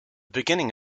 beginning